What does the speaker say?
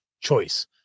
choice